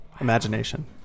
Imagination